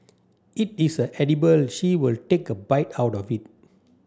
it is a edible she will take a bite out of it